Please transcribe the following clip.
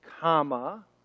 comma